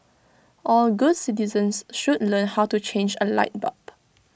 all good citizens should learn how to change A light bulb